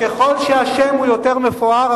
ככל שהשם הוא יותר מפואר,